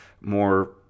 more